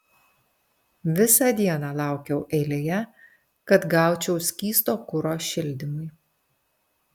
visą dieną laukiau eilėje kad gaučiau skysto kuro šildymui